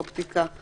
אופטיקה,